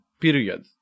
period